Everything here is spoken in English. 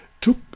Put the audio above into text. took